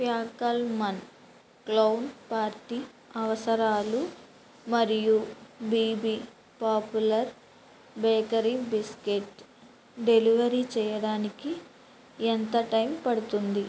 ఫ్యాకల్మాన్ clown party అవసరాలు మరియు బిబి పాపులర్ బేకరీ బిస్కెట్ డెలివర్ చేయడానికి ఎంత టైం పడుతుంది